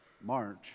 March